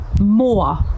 more